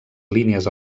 línies